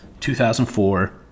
2004